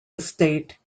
estate